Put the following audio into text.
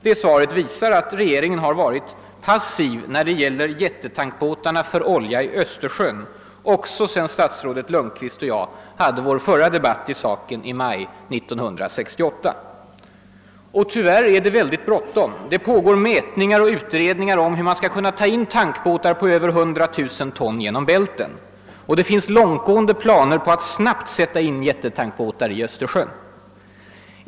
Det visar att regeringen har varit passiv när det gäller jättetankbåtar för olja i Östersjön också sedan statsrådet Lundkvist och jag förde vår förra debatt i denna fråga i maj 1968. Men tyvärr är det mycket bråttom. Det pågår nu mätningar och utredningar om hur man skall kunna ta in tankbåtar på över 100 000 ton genom Bälten. Det finns långtgående planer på att snabbt sätta in jättetankbåtar i Östersjön.